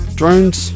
drones